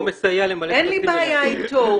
אין לי בעיה איתו.